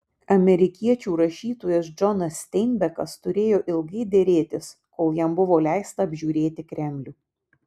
amerikiečių rašytojas džonas steinbekas turėjo ilgai derėtis kol jam buvo leista apžiūrėti kremlių